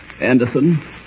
Anderson